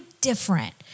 different